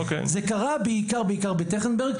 זה קרה בעיקר בטרכטנברג,